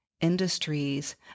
industries